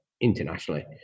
internationally